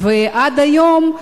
עד היום,